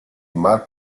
mark